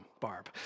Barb